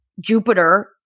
Jupiter